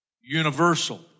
universal